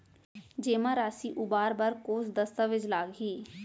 जेमा राशि उबार बर कोस दस्तावेज़ लागही?